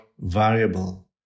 variable